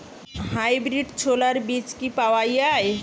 Hybrid ছোলার বীজ কি পাওয়া য়ায়?